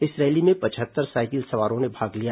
इस रैली में पचहत्तर साइकिल सवारों ने भाग लिया